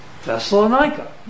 Thessalonica